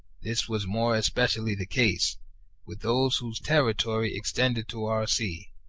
this was more especially the case with those whose territory extended to our sea.